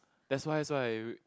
that's why that's why